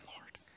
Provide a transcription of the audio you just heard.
Lord